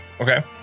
okay